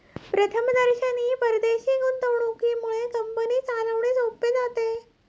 प्रथमदर्शनी परदेशी गुंतवणुकीमुळे कंपनी चालवणे सोपे जाते